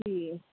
جی